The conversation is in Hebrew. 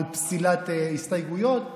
על פסילת הסתייגויות.